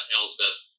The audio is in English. Elsbeth